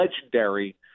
legendary